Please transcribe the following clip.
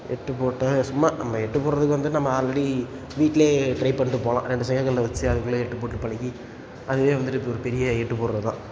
எட்டு போட்டேன் சும்மா நம்ம எட்டு போடுறதுக்கு வந்து நம்ம ஆல்ரெடி வீட்டிலேயே ட்ரை பண்ணிட்டு போகலாம் ரெண்டு செங்கல் கல்லை வெச்சு அதுக்குள்ளே எட்டு போட்டு பழகி அதுவே வந்துட்டு இப்போ ஒரு பெரிய எட்டு போடுறது தான்